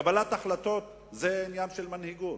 קבלת החלטות זה עניין של מנהיגות,